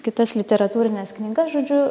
kitas literatūrines knygas žodžiu